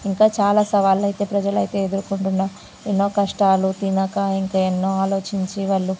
ఇంకా చాలా సవాళ్ళు అయితే ప్రజలు అయితే ఎదుర్కొంటున్నారు ఎన్నో కష్టాలు తినక ఇంకా ఎన్నో ఆలోచించి వాళ్ళు